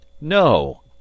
No